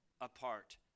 apart